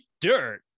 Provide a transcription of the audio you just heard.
dirt